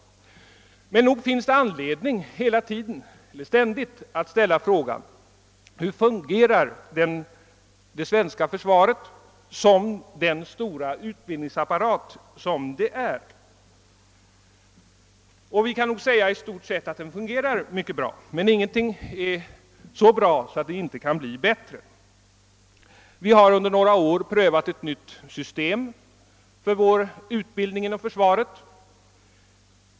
Nog finns det dock skäl att ständigt ställa frågan: Hur fungerar det svenska försvaret som den stora utbildningsapparat det är? I stort sett fungerar det mycket bra, men intet är så bra att det inte kan bli bättre. Vi har under några år prövat ett nytt system för utbildningen inom försvaret.